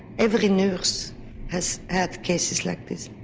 every nurse has had cases like this.